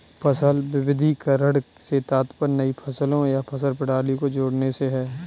फसल विविधीकरण से तात्पर्य नई फसलों या फसल प्रणाली को जोड़ने से है